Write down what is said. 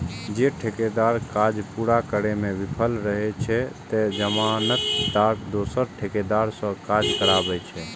जौं ठेकेदार काज पूरा करै मे विफल रहै छै, ते जमानतदार दोसर ठेकेदार सं काज कराबै छै